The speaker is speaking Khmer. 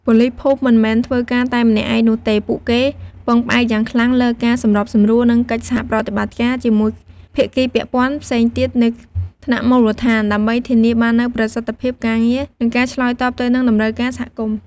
ប៉ូលីសភូមិមិនមែនធ្វើការតែម្នាក់ឯងនោះទេ ពួកគេពឹងផ្អែកយ៉ាងខ្លាំងលើ ការសម្របសម្រួល និងកិច្ចសហប្រតិបត្តិការ ជាមួយភាគីពាក់ព័ន្ធផ្សេងទៀតនៅថ្នាក់មូលដ្ឋាន ដើម្បីធានាបាននូវប្រសិទ្ធភាពការងារ និងការឆ្លើយតបទៅនឹងតម្រូវការសហគមន៍។